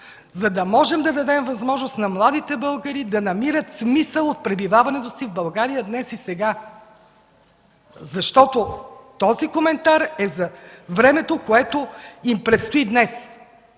за да можем да дадем възможност на младите българи да намират смисъл от пребиваването си в България днес и сега. Защото този коментар е за времето, което им предстои днес.